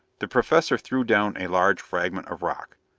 the professor threw down a large fragment of rock.